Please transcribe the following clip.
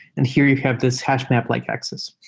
and here you have this hash map like access.